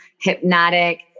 hypnotic